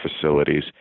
facilities